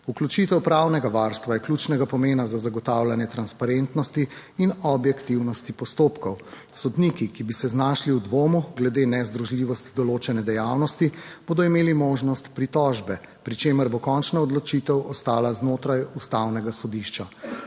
Vključitev pravnega varstva je ključnega pomena za zagotavljanje transparentnosti in objektivnosti postopkov. Sodniki, ki bi se znašli v dvomu glede nezdružljivosti določene dejavnosti, bodo imeli možnost pritožbe, pri čemer bo končna odločitev ostala znotraj ustavnega sodišča.